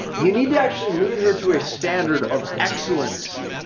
you need to actually lead her to a standard of excellence.